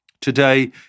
Today